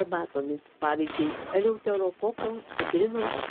arbatomis pavyzdžiui eleuterokoko citrinos